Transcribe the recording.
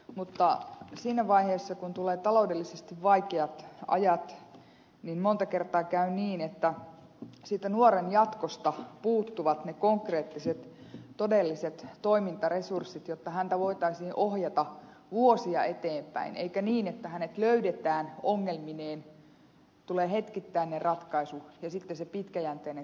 mutta siinä vaiheessa kun tulee taloudellisesti vaikeat ajat niin monta kertaa käy niin että siitä nuoren jatkosta puuttuvat ne konkreettiset todelliset toimintaresurssit jotta häntä voitaisiin ohjata vuosia eteenpäin eikä niin että hänet löydetään ongelmineen tulee hetkittäinen ratkaisu ja sitten se pitkäjänteinen työ jää tekemättä